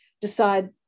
decide